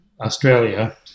Australia